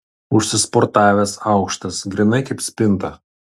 užsisportavęs aukštas grynai kaip spinta